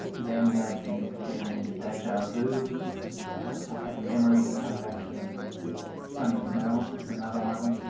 then they can experience deja vu or have memories come back to them funny smells is another one.